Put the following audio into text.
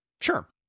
sure